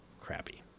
crappy